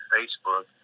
Facebook